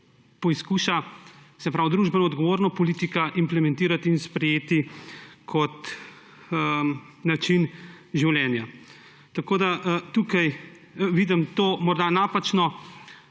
poskuša družbeno odgovorno politika implementirati in sprejeti kot način življenja. Tako da tukaj vidim morda napačno